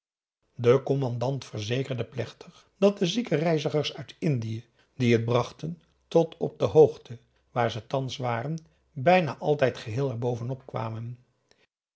de commandant verzekerde plechtig dat de zieke reizigers uit indië die het brachten tot op de hoogte waar ze thans waren bijna altijd geheel er bovenop kwamen